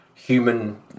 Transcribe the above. human